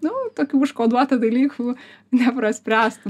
nu tokių užkoduotų dalykų nepraspręstų